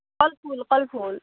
কলফুল কলফুল